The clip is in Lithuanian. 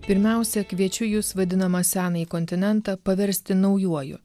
pirmiausia kviečiu jus vadinamą senąjį kontinentą paversti naujuoju